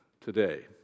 today